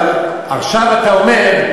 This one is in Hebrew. אבל עכשיו אתה אומר,